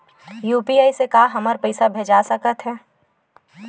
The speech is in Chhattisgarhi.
यू.पी.आई से का हमर पईसा भेजा सकत हे?